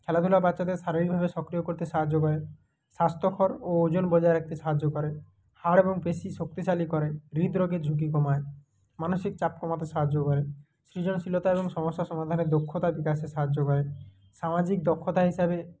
খেলাধুলা বাচ্চাদের শারীরিকভাবে সক্রিয় করতে সাহায্য করে স্বাস্থ্যকর ও ওজোন বজায় রাকতে সাহায্য করে হাড় এবং পেশি শক্তিশালী করে হৃদরোগের ঝুঁকি কমায় মানসিক চাপ কমাতে সাহায্য করে সৃজনশীলতা এবং সমস্যা সমাধানের দক্ষতার বিকাশে সাহায্য করে সামাজিক দক্ষতা হিসাবে